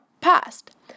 past